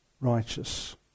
righteous